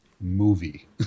movie